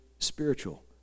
Spiritual